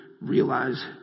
realize